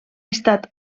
estat